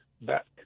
back